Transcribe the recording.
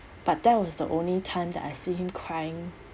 but that was the only time that I see him crying